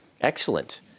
Excellent